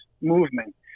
movement